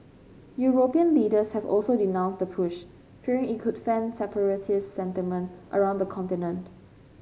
European leaders have also denounce the push fearing it could fan separatist sentiment around the continent